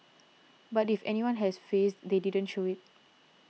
but if anyone has fazed they didn't show it